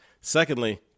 Secondly